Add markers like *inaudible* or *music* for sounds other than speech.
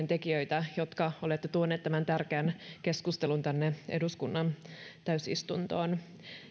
*unintelligible* tekijöitä jotka olette tuoneet tämän tärkeän keskustelun tänne eduskunnan täysistuntoon